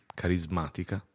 carismatica